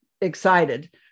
excited